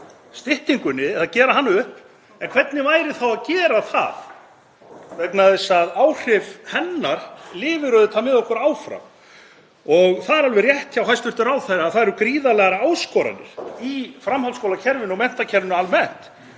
styttingunni eða að gera hana upp, en hvernig væri að gera það? Áhrif hennar lifa auðvitað með okkur áfram. Það er alveg rétt hjá hæstv. ráðherra að það eru gríðarlegar áskoranir í framhaldsskólakerfinu og menntakerfinu almennt,